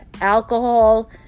alcohol